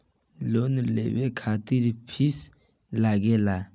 Loan लेवे खातिर fees लागेला?